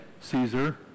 Caesar